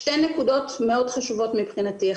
שתי נקודות מאוד חשובות מבחינתי.